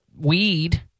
weed